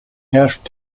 herrscht